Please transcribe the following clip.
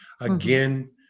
Again